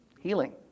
Healing